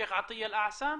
שייח' עטיאה אל אסא.